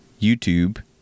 YouTube